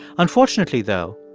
unfortunately, though,